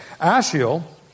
Ashiel